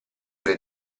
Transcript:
tre